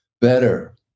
better